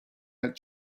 had